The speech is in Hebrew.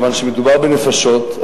כיוון שמדובר בנפשות,